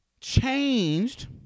changed